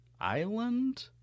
island